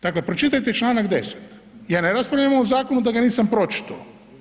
Dakle pročitajte čl. 10., ja ne raspravljam o zakonu da ga nisam pročitao.